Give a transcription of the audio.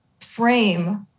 frame